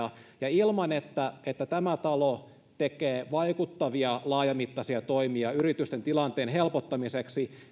ilman että että tämä talo tekee vaikuttavia laajamittaisia toimia yritysten tilanteen helpottamiseksi